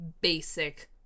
basic